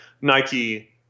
Nike